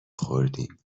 خوردیم